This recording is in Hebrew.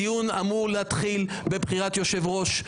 הדיון אמור להתחיל בבחירת יושב-ראש.